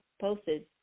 posted